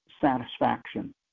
satisfaction